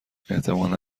احتمالا